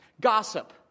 Gossip